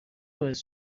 باعث